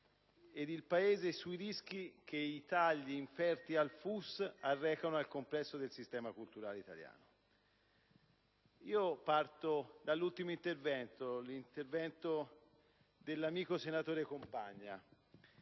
ed il Paese sui rischi che i tagli inferti al FUS arrecano al complesso del sistema culturale italiano. Parto dall'ultimo intervento, quello dell'amico senatore Compagna.